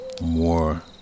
more